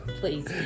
please